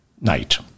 night